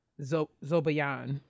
zobayan